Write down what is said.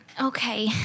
Okay